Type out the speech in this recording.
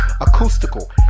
Acoustical